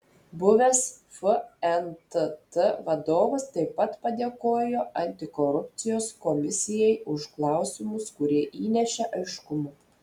buvęs fntt vadovas taip pat padėkojo antikorupcijos komisijai už klausimus kurie įnešė aiškumo